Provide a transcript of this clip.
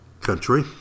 country